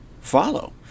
follow